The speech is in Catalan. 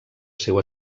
seu